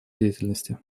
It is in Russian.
деятельности